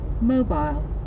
Mobile